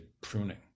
pruning